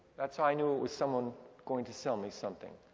that's how i knew it was someone going to sell me something.